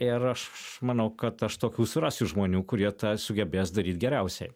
ir aš manau kad aš tokių surasiu žmonių kurie tą sugebės daryt geriausiai